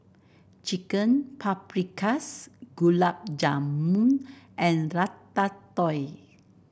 Chicken Paprikas Gulab Jamun and Ratatouille